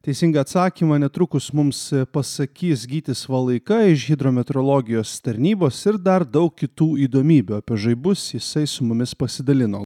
teisingą atsakymą netrukus mums pasakys gytis valaika iš hidrometeorologijos tarnybos ir dar daug kitų įdomybių apie žaibus jisai su mumis pasidalino